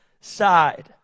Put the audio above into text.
side